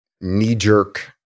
knee-jerk